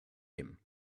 him